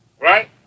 Right